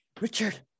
Richard